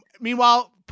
Meanwhile